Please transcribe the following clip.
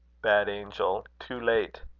bad angel. too late.